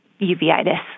uveitis